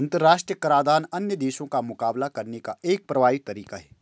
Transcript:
अंतर्राष्ट्रीय कराधान अन्य देशों का मुकाबला करने का एक प्रभावी तरीका है